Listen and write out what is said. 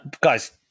guys